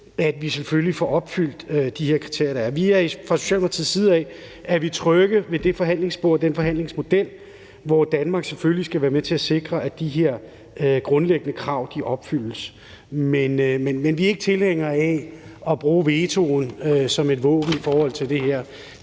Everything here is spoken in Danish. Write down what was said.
at man selvfølgelig opfylder de kriterier, der er. Vi er fra Socialdemokratiets side trygge ved det forhandlingsspor og den forhandlingsmodel, hvor Danmark selvfølgelig skal være med til at sikre, at de her grundlæggende krav opfyldes. Men vi er ikke tilhængere af at bruge vetoretten som et våben i forbindelse med det her.